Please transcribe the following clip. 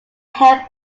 help